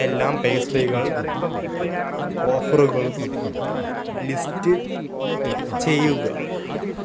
എല്ലാം പേസ്ട്രികൾ ഓഫറുകളും ലിസ്റ്റ് ചെയ്യുക